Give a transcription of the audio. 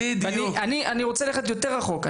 אני רוצה ללכת יותר רחוק.